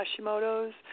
Hashimoto's